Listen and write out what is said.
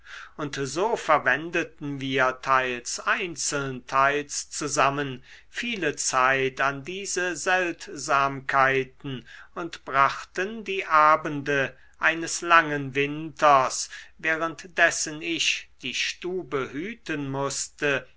und so verwendeten wir teils einzeln teils zusammen viele zeit an diese seltsamkeiten und brachten die abende eines langen winters während dessen ich die stube hüten mußte